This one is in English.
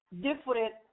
different